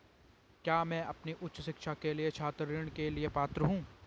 क्या मैं अपनी उच्च शिक्षा के लिए छात्र ऋण के लिए पात्र हूँ?